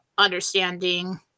understanding